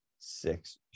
six